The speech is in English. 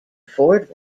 afford